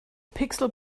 pixel